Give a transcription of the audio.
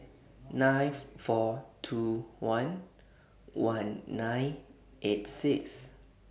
nine four two one one nine eight six